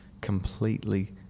completely